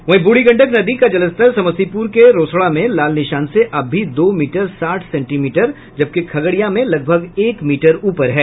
वहीं ब्रढ़ी गंडक नदी का जलस्तर समस्तीपुर के रोसड़ा में लाल निशान से अब भी दो मीटर साठ सेंटीमीटर जबकि खगड़िया में लगभग एक मीटर ऊपर है